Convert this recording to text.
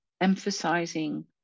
emphasizing